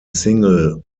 single